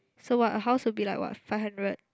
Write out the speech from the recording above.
so what a house would be like what five hundred